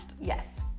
Yes